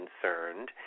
concerned